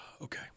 Okay